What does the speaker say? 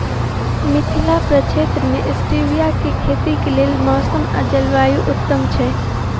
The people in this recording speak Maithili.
मिथिला प्रक्षेत्र मे स्टीबिया केँ खेतीक लेल मौसम आ जलवायु उत्तम छै?